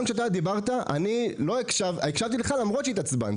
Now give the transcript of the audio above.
גם כשאתה דיברת הקשבתי לך, למרות שהתעצבנתי.